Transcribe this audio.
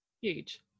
huge